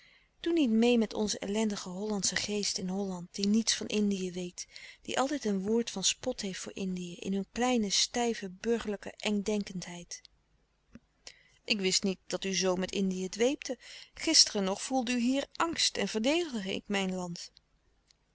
doe niet meê met onzen ellendigen hollandschen geest in holland die niets van indië weet die altijd een woord van spot heeft voor indië in hun kleine stijve burgerlijke engdenkendheid ik wist niet dat u zoo met indië dweepte gisteren nog voelde u hier angst en verdedigde ik mijn land